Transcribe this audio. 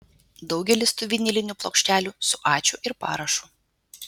daugelis tų vinilinių plokštelių su ačiū ir parašu